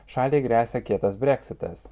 šaliai gresia kietas breksitas